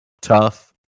tough